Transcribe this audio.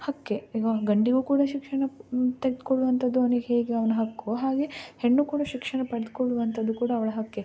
ಹಕ್ಕೇ ಈಗ ಒಂದು ಗಂಡಿಗು ಕೂಡ ಶಿಕ್ಷಣ ತೆಗೆದುಕೊಳ್ಳುವಂತದ್ದು ಅವ್ನಿಗೆ ಹೇಗೆ ಅವನ ಹಕ್ಕೋ ಹಾಗೆ ಹೆಣ್ಣು ಕೂಡ ಶಿಕ್ಷಣ ಪಡೆದುಕೊಳ್ಳುವಂತದ್ದು ಕೂಡ ಅವಳ ಹಕ್ಕೇ